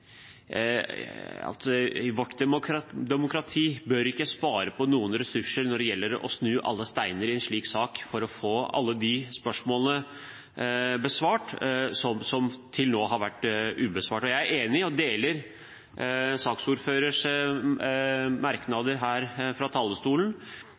vårt demokrati ikke bør spare på noen ressurser når det gjelder å snu alle steiner i en slik sak, for å få besvart alle de spørsmålene som til nå har vært ubesvart. Jeg er enig i og slutter meg til saksordførerens merknader her fra talerstolen,